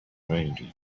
bahinduye